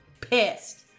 pissed